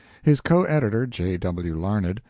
his co-editor, j. w. larned,